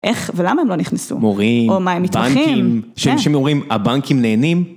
איך ולמה הם לא נכנסו? מורים, בנקים, שהם אומרים הבנקים נהנים?